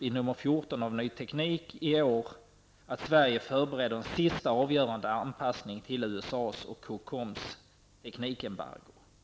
I nummer 14 av Ny Teknik i år togs upp att Sverige förbereder en sista och avgörande anpassning till USAs och Cocoms teknikembargo.